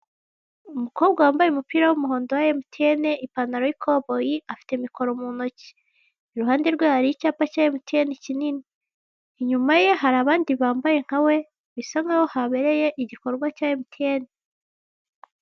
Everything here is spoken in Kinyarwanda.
Umukobwa wambaye umupira w'umuhondo, wa emutiyene, ipantaro y'ikoboyi, afite mikoro mu ntoki. Iruhande rwe hari icyapa cya emutiyeni kinini. Inyuma ye hari abandi bambaye nka we, bisa nkaho habereye igikorwa cya emutiyeni.